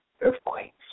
earthquakes